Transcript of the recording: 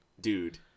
dude